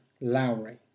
Lowry